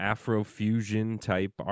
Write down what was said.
Afro-fusion-type